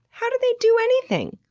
how do they do anything?